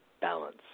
balance